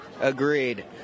Agreed